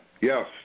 Yes